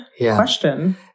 question